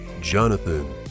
Jonathan